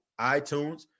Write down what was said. iTunes